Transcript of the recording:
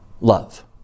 love